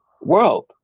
world